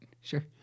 Sure